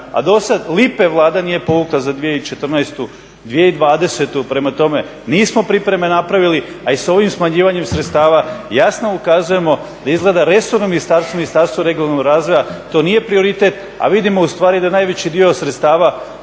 a do sad lipe Vlada nije povukla za 2014. – 2020., prema tome nismo pripreme napravili, a i s ovim smanjivanjem sredstava jasno ukazujemo da … Resorno ministarstvo, Ministarstvo regionalnog razvoja to nije prioritet, a vidimo ustvari da najveći dio sredstava